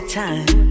time